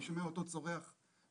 אני שומע אותו צורח ברקע,